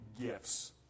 gifts